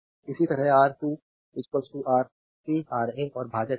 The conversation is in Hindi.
इसी तरह आर 2 आरसी आरए और भाजक तय है